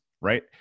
Right